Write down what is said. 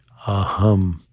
aham